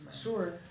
Sure